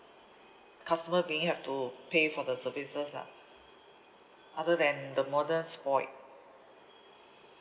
customer being have to pay for the services lah other than the model spoiled